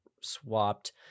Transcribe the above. swapped